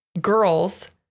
girls